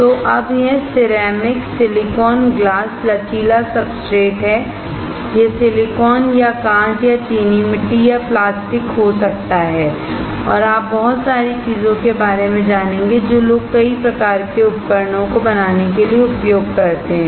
तो अब यह सिरेमिक सिलिकॉन ग्लास लचीला सब्सट्रेट है यह सिलिकॉन या कांच या सिरेमिक या प्लास्टिक हो सकता है और आप बहुत सारी चीजों के बारे में जानेंगे जो लोग कई प्रकार के उपकरणों को बनाने के लिए उपयोग करते हैं